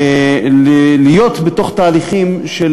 להיות בתוך תהליכים של